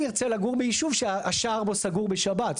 ארצה לגור בישוב שהשער בו סגור בשבת.